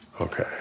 Okay